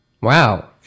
Wow